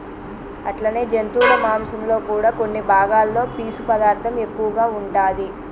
అట్లనే జంతువుల మాంసంలో కూడా కొన్ని భాగాలలో పీసు పదార్థం ఎక్కువగా ఉంటాది